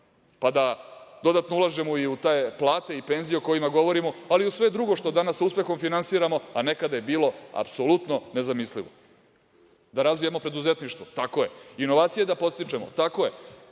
pa da dodatno ulažemo i u te plate i penzije o kojima govorimo, ali i u sve drugo što danas sa uspehom finansiramo, a nekada je bilo apsolutno nezamislivo. Da razvijemo preduzetništvo, tako je. Inovacije da podstičemo, tako je.